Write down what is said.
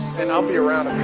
and i'll be around